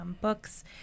books